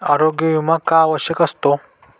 आरोग्य विमा का आवश्यक असतो?